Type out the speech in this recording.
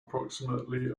approximately